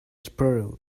sparrow